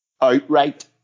outright